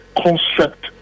concept